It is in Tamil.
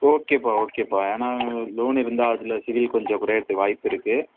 ஓகேப்பா ஓகேப்பா ஏன்னா லோன் இருந்தால் அதில் சிபில் கொஞ்சம் குறையுறதுக்கு வாய்ப்பு இருக்குது